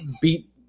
beat